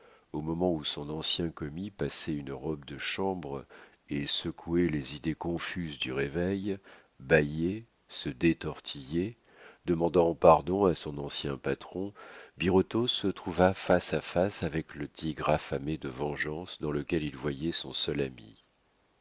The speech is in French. au moment où son ancien commis passait une robe de chambre et secouait les idées confuses du réveil bâillait se détortillait demandant pardon à son ancien patron birotteau se trouva face à face avec le tigre affamé de vengeance dans lequel il voyait son seul ami